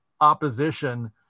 opposition